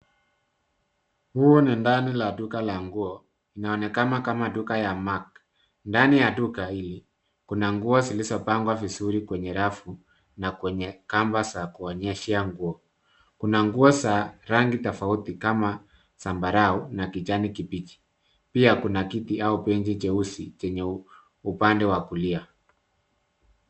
Huu ni ndani ya duka la nguo linaonekana kama duka ya mac ndani ya duka hili kuna nguo zilizopangwa vizuri kwenye rafu na kwenye kamba za kuonyeshea nguo, kuna nguo za rangi tofauti kama zambarau na kijani kibichi pia kuna kiti au benji jeusi kwenye upande wa kulia.